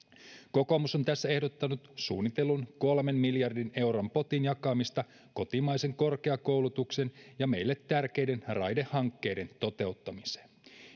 kokoomus on tässä ehdottanut suunnitellun kolmen miljardin euron potin jakamista kotimaiseen korkeakoulutukseen ja meille tärkeiden raidehankkeiden toteuttamiseen